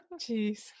Jeez